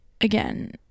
Again